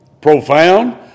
profound